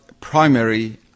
primary